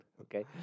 okay